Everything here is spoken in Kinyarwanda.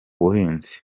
buhinzi